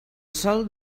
sol